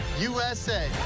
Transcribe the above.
USA